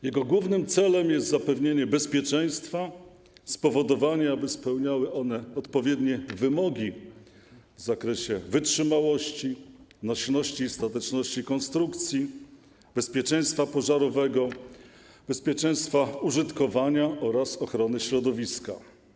Jego głównym celem jest zapewnienie bezpieczeństwa, spowodowanie, aby spełniały one odpowiednie wymogi w zakresie wytrzymałości, nośności i stateczności konstrukcji, bezpieczeństwa pożarowego, bezpieczeństwa użytkowania oraz ochrony środowiska.